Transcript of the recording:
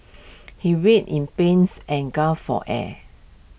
he writhed in pains and gasped for air